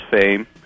fame